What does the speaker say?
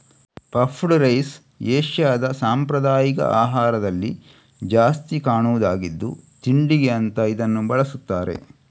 puffed rice ಏಷ್ಯಾದ ಸಾಂಪ್ರದಾಯಿಕ ಆಹಾರದಲ್ಲಿ ಜಾಸ್ತಿ ಕಾಣುದಾಗಿದ್ದು ತಿಂಡಿಗೆ ಅಂತ ಇದನ್ನ ಬಳಸ್ತಾರೆ